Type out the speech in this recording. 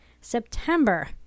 September